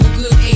good